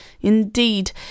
Indeed